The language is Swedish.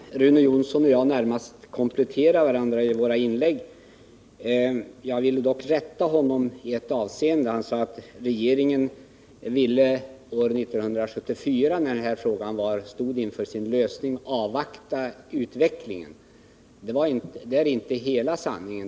Herr talman! Rune Jonsson i Husum och jag närmast kompletterar varandra i våra inlägg. Jag vill dock rätta honom i ett avseende. Han sade att regeringen 1974, då den här frågan stod inför sin lösning, ville avvakta utvecklingen. Det är inte hela sanningen.